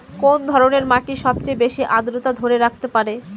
কোন ধরনের মাটি সবচেয়ে বেশি আর্দ্রতা ধরে রাখতে পারে?